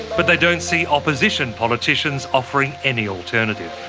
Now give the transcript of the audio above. but they don't see opposition politicians offering any alternative.